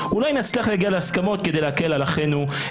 אולי נצליח להגיע להסכמות כדי להקל על אחינו,